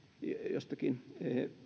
jostakin